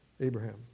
Abraham